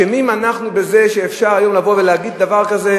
אשמים אנחנו בזה שאפשר היום לבוא ולהגיד דבר כזה,